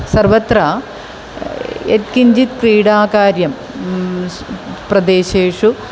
सर्वत्र यत्किञ्चित् क्रीडाकार्यं प्रदेशेषु